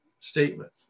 statement